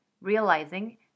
realizing